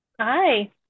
Hi